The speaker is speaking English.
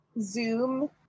zoom